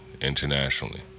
internationally